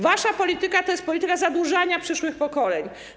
Wasza polityka to jest polityka zadłużania przyszłych pokoleń.